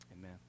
Amen